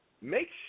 make